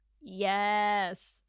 yes